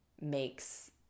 makes